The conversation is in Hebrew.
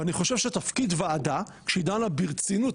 ואני חושב שהתפקיד ועדה שדנה ברצינות